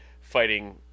fighting